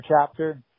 chapter